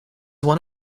one